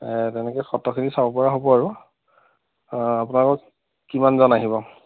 তেনেকৈ সত্ৰখিনি চাব পৰা হ'ব আৰু আপোনোলোক কিমান যান আহিব